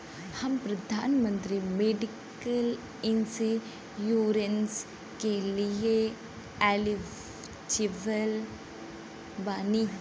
हम प्रधानमंत्री medical insurance के लिए एलिजिबल बानी?